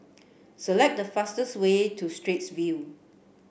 select the fastest way to Straits View